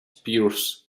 pears